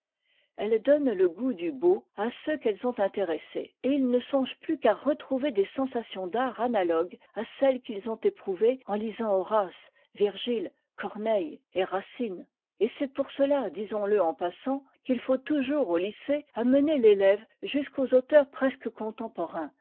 elles donnent le goût du beau à ceux qu'elles ont intéressés et ils ne songent plus qu'à retrouver des sensations d'art analogues à celles qu'ils ont éprouvées en lisant horace virgile corneille et racine et c'est pour cela disons-le en passant qu'il faut toujours au lycée amener l'élève jusqu'aux auteurs presque